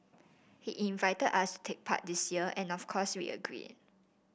he invite us to take part this year and of course we agreed